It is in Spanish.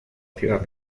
ciudad